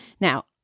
Now